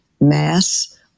mass